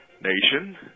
Nation